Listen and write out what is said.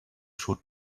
should